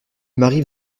m’arrive